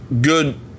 good